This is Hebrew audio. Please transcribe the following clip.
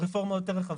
ברפורמה יותר רחבה.